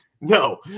No